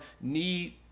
need